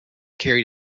carried